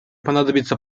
понадобится